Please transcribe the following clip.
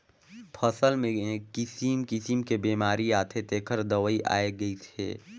फसल मे किसिम किसिम के बेमारी आथे तेखर दवई आये गईस हे